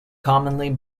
commonly